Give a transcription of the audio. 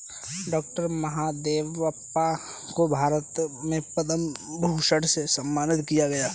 doctor Mahadevappa को भारत में पद्म भूषण से सम्मानित किया गया है